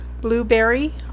Blueberry